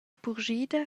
purschida